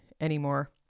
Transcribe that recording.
anymore